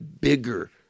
bigger